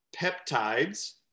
peptides